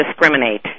discriminate